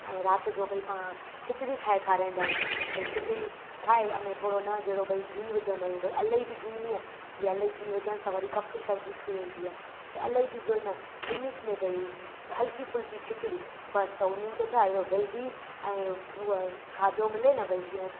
ऐं राति जो बई मां खिचड़ी ठाहे खाराईंदा आहियूं बई खिचड़ी खाए अने थोरो न जहिड़ो बई घी विझंदा आहियूं बई इलाही बि गिह नीअ इलाही गिहु विझण सां वरी काफ़ी सर्दी थी वेंदी आहे बई इलाही बि गिहु न लीमिट में बई हलकी फुलकी खिचड़ी बसि त हुननि खे छा अहिड़ो हैल्दी ऐं पुअ खाधो मिले न बई जीअं